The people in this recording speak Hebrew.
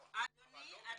אבל לא למינהל הסטודנטים.